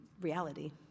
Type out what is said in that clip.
reality